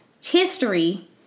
history